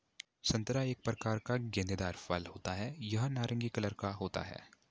संतरा एक प्रकार का गूदेदार फल होता है यह नारंगी कलर का होता है